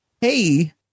hey